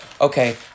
okay